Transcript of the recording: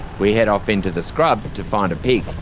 we head off into the scrub to find a pig.